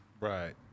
Right